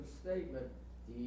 statement